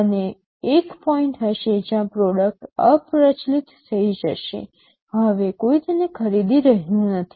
અને એક પોઈન્ટ હશે જ્યાં પ્રોડક્ટ અપ્રચલિત થઈ જશે હવે કોઈ તેને ખરીદી રહ્યું નથી